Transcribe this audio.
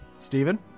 Stephen